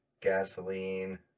gasoline